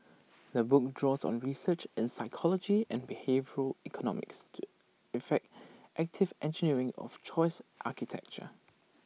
the book draws on research in psychology and behavioural economics to effect active engineering of choice architecture